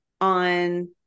on